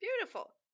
Beautiful